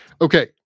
Okay